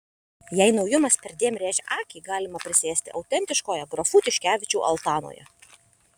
jei naujumas perdėm rėžia akį galima prisėsti autentiškoje grafų tiškevičių altanoje